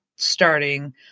starting